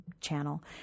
channel